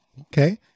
Okay